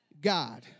God